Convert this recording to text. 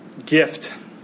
gift